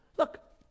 look